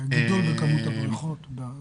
בגלל גידול בבריכות הפרטיות.